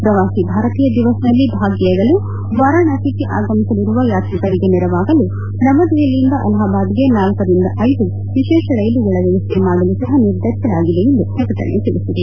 ಪ್ರವಾಸಿ ಭಾರತೀಯ ದಿವಸ್ ನಲ್ಲಿ ಭಾಗಿಯಾಗಲು ವಾರಣಾಸಿಗೆ ಆಗಮಿಸಲಿರುವ ಯಾತ್ರಿಕರಿಗೆ ನೆರವಾಗಲು ನವದೆಹಲಿಯಿಂದ ಅಲಹಾಬಾದ್ಗೆ ನಾಲ್ಕರಿಂದ ಐದು ವಿಶೇಷ ರೈಲುಗಳ ವ್ಯವಸ್ಥೆ ಮಾಡಲು ಸಹ ನಿರ್ಧರಸಿಲಾಗಿದೆ ಎಂದು ಪ್ರಕಟಣೆ ತಿಳಿಸಿದೆ